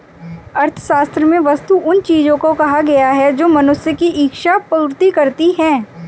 अर्थशास्त्र में वस्तु उन चीजों को कहा गया है जो मनुष्य की इक्षा पूर्ति करती हैं